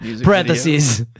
parentheses